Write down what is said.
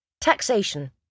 Taxation